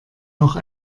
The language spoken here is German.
noch